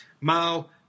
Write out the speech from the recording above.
Mao